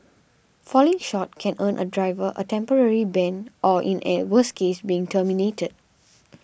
falling short can earn a driver a temporary ban or in a worse case being terminated